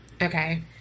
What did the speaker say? Okay